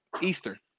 Easter